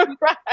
Right